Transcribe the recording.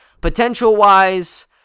potential-wise